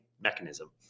mechanism